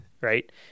Right